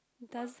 does